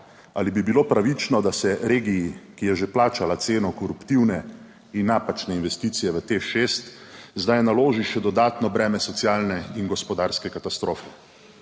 Ali bi bilo pravično, da se regiji, ki je že plačala ceno koruptivne in napačne investicije v TEŠ6, zdaj naloži še dodatno breme socialne in gospodarske katastrofe.